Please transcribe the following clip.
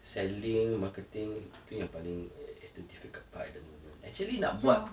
selling marketing tu yang paling the difficult at the moment actually nak buat